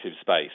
space